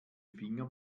finger